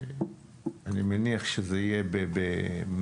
אני מניח שזה יהיה במשורה.